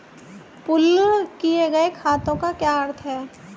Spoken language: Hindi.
पूल किए गए खातों का क्या अर्थ है?